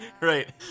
right